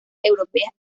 europeas